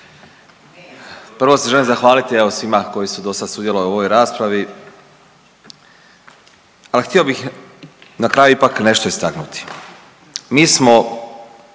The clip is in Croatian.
Prvo se želim zahvaliti, evo, svima koji su dosad sudjelovali u ovoj raspravi. Ali htio bih na kraju ipak nešto istaknuti. Mi smo